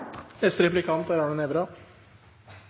Neste taler, representanten Arne Nævra,